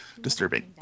Disturbing